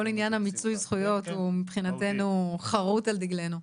כל עניין מיצוי הזכויות הוא מבחינתנו חרוט על דגלנו.